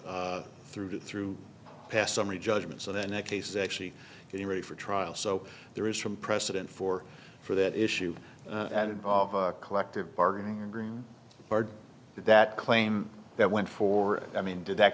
through to through past summary judgment so that next case actually getting ready for trial so there is from precedent for for that issue and involve a collective bargaining agreement hard that claim that went for i mean did that